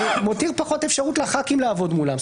מותיר פחות אפשרות לחברי הכנסת לעבוד מולם,